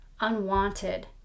unwanted